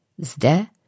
Zde